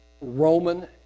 Roman